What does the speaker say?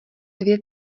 dvě